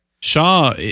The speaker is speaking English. Shaw